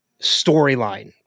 storyline